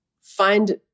find